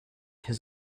has